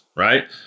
right